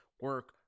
Work